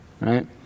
right